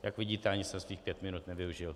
Jak vidíte, ani jsem svých pět minut nevyužil.